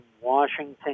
Washington